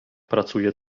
pracuje